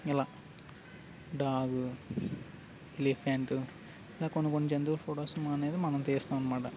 ఇలా dog elephant ఇలా కొన్ని కొన్ని జంతువులు ఫొటోస్ అనేది మనం తీస్తాము అన్నమాట